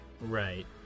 right